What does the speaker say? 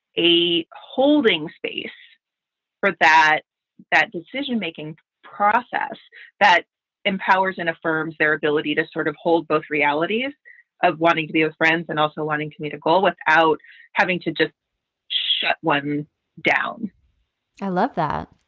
a holding space for that that decision making process that empowers and affirms their ability to sort of hold both realities of wanting to be your friends and also wanting to meet a goal without having to just shut one down i love that.